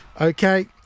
Okay